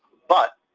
but,